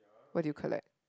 what do you collect